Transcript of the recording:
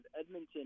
Edmonton